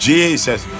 Jesus